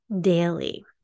daily